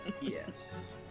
Yes